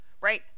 right